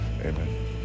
Amen